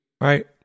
right